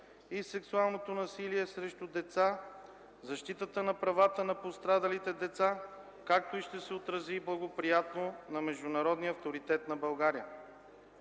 и сексуалното насилие срещу деца, защитата на правата на пострадалите деца, както и ще се отрази благоприятно на международния авторитет на България.